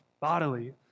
bodily